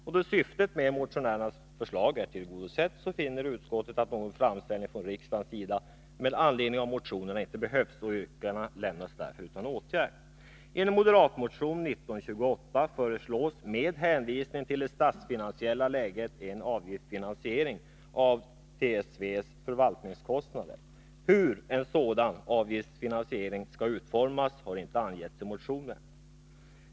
Och då syftet med motionärernas förslag är tillgodosett finner utskottet att någon framställning från riksdagens sida med anledning av motionerna inte behövs. Yrkandena lämnas därför utan åtgärd. I en moderatmotion, nr 1929, föreslås med hänvisning till det statsfinansiella läget en avgiftsfinansiering av trafiksäkerhetsverkets förvaltningskostnader. Hur en sådan skall utformas har inte angetts i motionen.